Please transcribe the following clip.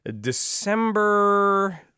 December